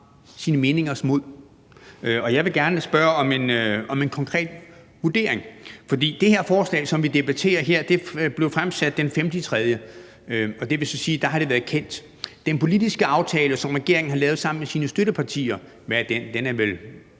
sine meningers mod, og jeg vil gerne spørge om en konkret vurdering, for det forslag, som vi debatterer her, blev fremsat den 5/3, og det vil så sige, at der har det været kendt. Den politiske aftale, som regeringen har lavet sammen med sine støttepartier, er vel